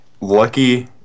lucky